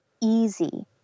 easy